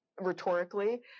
rhetorically